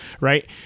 right